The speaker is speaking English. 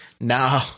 No